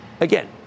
Again